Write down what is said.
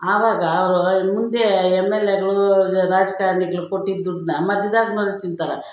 ಆವಾಗ ಅವರು ಮುಂದೆ ಎಮ್ ಎಲ್ ಎಗಳೂ ರಾಜಕಾರ್ಣಿಗ್ಳು ಕೊಟ್ಟಿದ್ದ ದುಡ್ಡನ್ನ ಮಧ್ಯದಾಗೆ ಬಂದು ತಿಂತಾರೆ